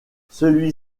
celui